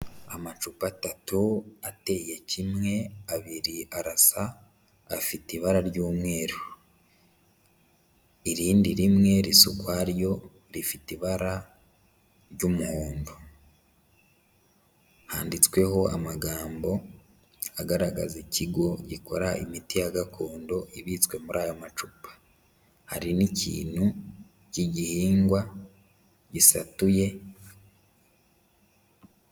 Amacupa atatu ateye kimwe, abiri arasa, afite ibara ry'umweru, irindi rimwe risa ukwaryo, rifite ibara ry'umuhondo, handitsweho amagambo agaragaza ikigo gikora imiti ya gakondo ibitswe muri aya macupa, hari n'ikintu k'igihingwa gisatuye.